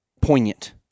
poignant